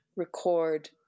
record